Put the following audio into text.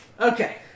Okay